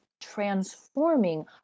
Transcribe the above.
transforming